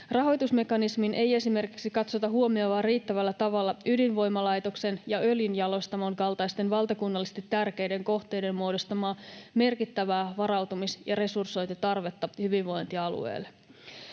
Rahoitusmekanismin ei esimerkiksi katsota huomioivan riittävällä tavalla ydinvoimalaitoksen ja öljynjalostamon kaltaisten valtakunnallisesti tärkeiden kohteiden muodostamaa merkittävää varautumis- ja resursointitarvetta hyvinvointialueelle.